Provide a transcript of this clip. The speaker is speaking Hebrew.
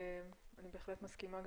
אני בהחלט מסכימה.